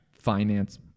finance